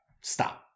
stop